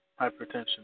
Hypertension